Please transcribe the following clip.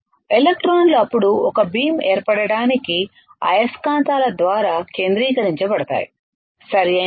ఎలక్ట్రాన్లు అప్పుడు ఒక బీమ్ ఏర్పడటానికి అయస్కాంతాల ద్వారా కేంద్రీకరించబడతాయి సరియైనదా